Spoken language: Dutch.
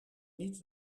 niet